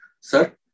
Sir